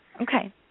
Okay